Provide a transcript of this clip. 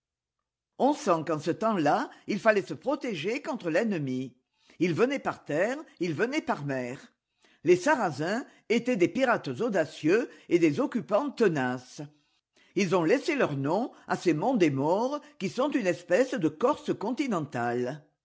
on sent qu'en ce temps-là il fallait se protéger contre l'ennemi il venait par terre il venait par mer les sarrasins étaient des pirates audacieux et des occupants tenaces ils ont laissé leur nom à ces monts des maures qui sont une espèce de corse continentale